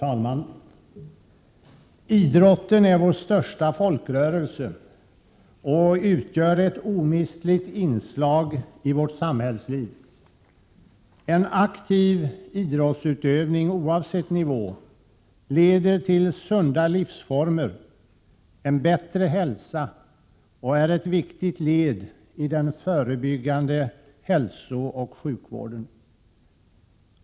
Herr talman! Idrotten är vår största folkrörelse och utgör ett omistligt inslag i vårt samhällsliv. En aktiv idrottsutövning, oavsett nivå, leder till sunda livsformer samt en bättre hälsa och är ett viktigt led i den förebyggande hälsooch sjukvården.